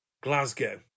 Glasgow